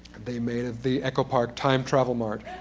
they made the echo pirate time travel mart.